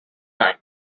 time